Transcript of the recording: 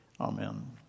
Amen